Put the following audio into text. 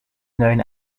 known